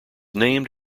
named